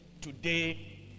today